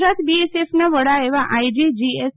ગુજરાત બીએસએફના વડા એવા આઇજી જીએસ